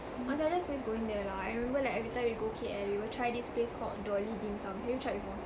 ah seh I just miss going there lah I remember like everytime we go K_L we will try this place called dolly dim sum have you tried before